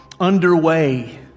underway